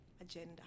agenda